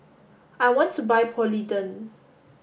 I want to buy Polident